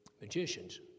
magicians